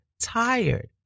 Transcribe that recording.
tired